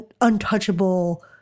untouchable